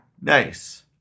nice